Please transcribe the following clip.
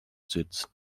sitzt